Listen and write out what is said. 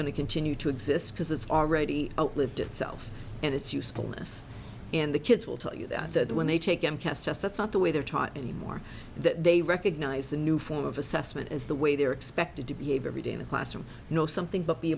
going to continue to exist because it's already outlived itself and its usefulness in the kids will tell you that when they take them castes yes that's not the way they are taught in the more they recognise the new form of assessment is the way they are expected to be a very day the classroom you know something but be